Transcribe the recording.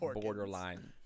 borderline